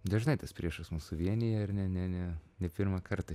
dažnai tas priešas mus suvienija ir ne ne ne ne pirmą kartą